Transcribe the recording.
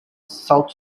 south